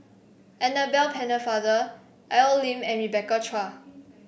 Annabel Pennefather Al Lim and Rebecca Chua